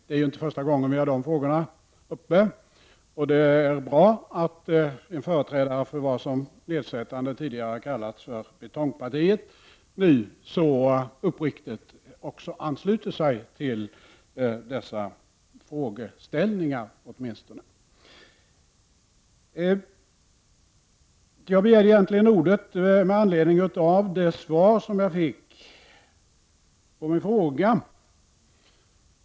Det är inte första gången vi har dessa frågor uppe till debatt, och det är bra att en företrädare för det som tidigare nedsättande kallades för ett ”betongparti” nu så uppriktigt också ansluter sig till åtminstone dessa frågeställningar. Jag begärde egentligen ordet med anledning av det svar jag fick på min fråga.